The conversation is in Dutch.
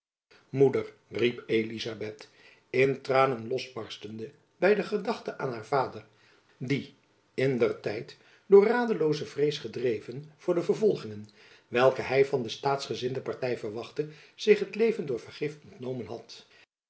riep elizabeth in tranen losbarstende by de gedachte aan haar vader die in der tijd door radelooze vrees gedreven voor de vervolgingen welke hy van de staatsgezinde party wachtte zich het leven door vergif ontnomen had